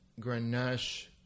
Grenache